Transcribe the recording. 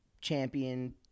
champion